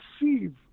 receive